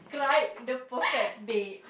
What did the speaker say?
cried the perfect date